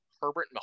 Herbert